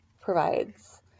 provides